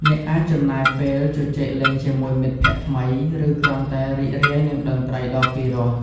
អ្នកអាចចំណាយពេលជជែកលេងជាមួយមិត្តភក្តិថ្មី ឬគ្រាន់តែរីករាយនឹងតន្ត្រីដ៏ពីរោះ។